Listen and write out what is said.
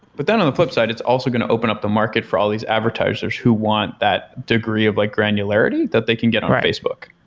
but then on the flipside, it's also going to open up the market for all these advertisers who want that degree of like granularity that they can get on facebook.